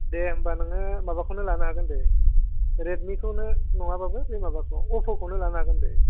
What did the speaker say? दे होमबा नोङो माबाखौनो लानोहागोन दे रेडमिखौनो नङाब्लाबो बे माबाखौ अफ'खौ लानो हागोन दे